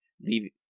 leave